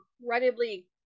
incredibly